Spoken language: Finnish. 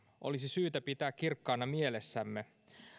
olisi syytä pitää kirkkaana mielessämme